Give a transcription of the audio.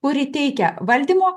kuri teikia valdymo